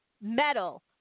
metal